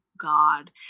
God